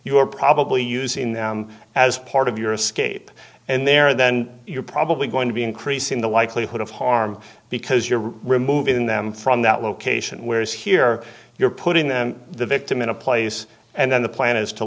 you're probably using them as part of your escape and they're then you're probably going to be increasing the likelihood of harm because you're removing them from that location whereas here you're putting them the victim in a place and then the plan is to